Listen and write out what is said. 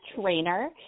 trainer